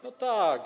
No tak.